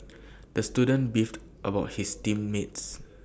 the student beefed about his team mates